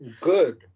Good